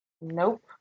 Nope